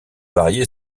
varié